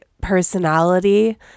personality